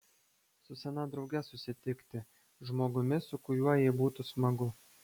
su sena drauge susitikti žmogumi su kuriuo jai būtų smagu